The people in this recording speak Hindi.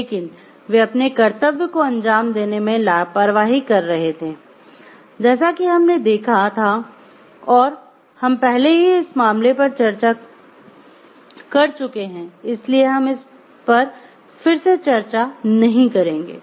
लेकिन वे अपने कर्तव्य को अंजाम देने में लापरवाही कर रहे थे जैसा कि हमने देखा था और हम पहले ही इस मामले पर चर्चा कर चुके हैं इसलिए हम इस पर फिर से चर्चा नहीं करेंगे